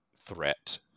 threat